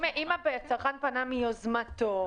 אם הצרכן פנה מיוזמתו,